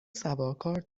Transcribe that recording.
سوارکار